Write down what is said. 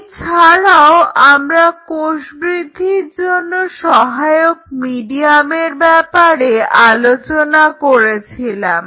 এছাড়াও আমরা কোষ বৃদ্ধির জন্য সহায়ক মিডিয়ামের ব্যাপারে আলোচনা করেছিলাম